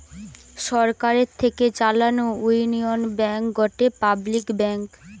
সরকার থেকে চালানো union bank গটে পাবলিক ব্যাঙ্ক